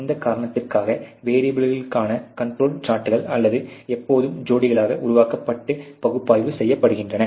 இந்த காரணத்திற்காக வேரீயபில்களுக்கான கண்ட்ரோல் சார்ட்கள் அல்லது எப்போதும் ஜோடிகளாக உருவாக்கப்பட்டு பகுப்பாய்வு செய்யப்படுகின்றன